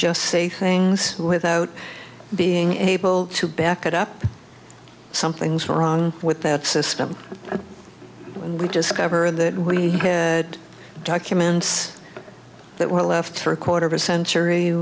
just say things without being able to back it up something's wrong with that system that we just cover that we had documents that were left for a quarter of a century